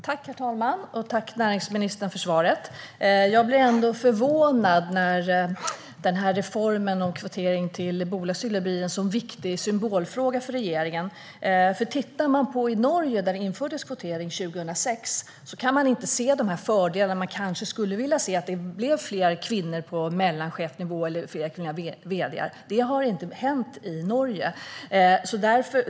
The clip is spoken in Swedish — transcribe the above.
Herr talman! Tack, näringsministern, för svaret! Jag blir ändå förvånad över att den här reformen om kvotering till bolagsstyrelser blir en så viktig symbolfråga för regeringen. Tittar man på Norge där kvotering infördes 2006 kan man inte se de fördelar som man kanske skulle vilja se, för det har inte blivit fler kvinnor på mellanchefsnivå eller fler kvinnliga vd:ar. Det har inte hänt i Norge.